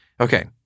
Okay